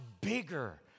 bigger